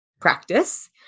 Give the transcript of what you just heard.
practice